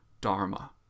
dharma